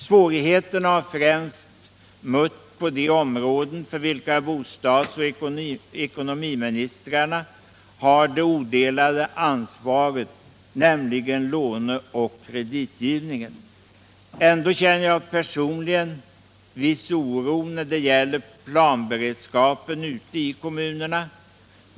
Svårigheterna har främst mött på de områden för vilka bostadsoch ekonomiministrarna har det odelade ansvaret, nämligen låneoch kreditgivningen. Ändå känner jag personligen viss oro när det gäller planberedskapen ute i kommunerna.